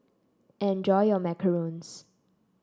enjoy your Macarons